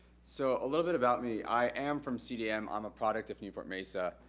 so a little bit about me. i am from cdm. i'm a product of newport-mesa.